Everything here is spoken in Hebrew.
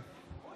אדוני היושב-ראש,